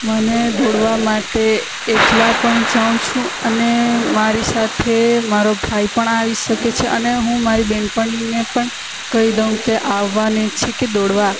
મને દોડવા માટે એકલા પણ જાઉં છું અને મારી સાથે મારો ભાઈ પણ આવી શકે છે અને હું મારી બહેનપણીને પણ કહી દઉં કે આવવાની છે કે દોડવા